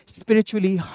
spiritually